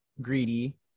greedy